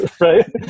Right